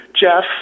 Jeff